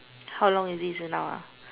how long is it now uh